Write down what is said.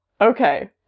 Okay